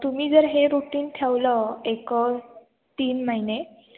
तुम्ही जर हे रुटीन ठेवलं एक तीन महिने